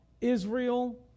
Israel